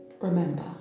Remember